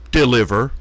deliver